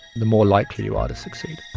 the more likely you are to succeed.